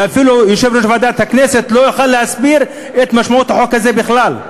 ואפילו יושב-ראש ועדת הכנסת לא יכול להסביר את משמעות החוק הזה בכלל.